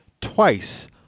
twice